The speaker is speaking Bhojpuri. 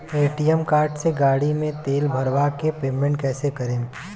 ए.टी.एम कार्ड से गाड़ी मे तेल भरवा के पेमेंट कैसे करेम?